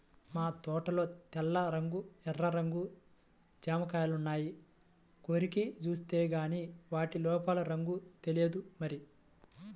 మా తోటలో తెల్ల రంగు, ఎర్ర రంగు జాంకాయలున్నాయి, కొరికి జూత్తేగానీ వాటి లోపల రంగు తెలియదు మరి